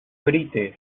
grites